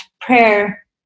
prayer